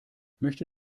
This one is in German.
möchte